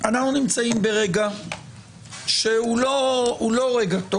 אנחנו נמצאים ברגע שהוא לא רגע טוב.